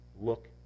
look